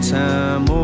time